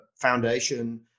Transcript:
Foundation